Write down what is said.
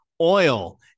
oil